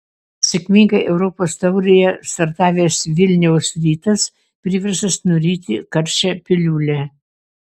sėkmingai europos taurėje startavęs vilniaus rytas priverstas nuryti karčią piliulę